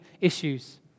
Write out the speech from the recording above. issues